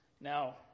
Now